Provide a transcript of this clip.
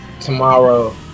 tomorrow